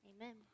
Amen